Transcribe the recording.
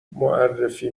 معرفی